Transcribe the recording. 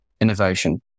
innovation